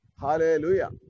Hallelujah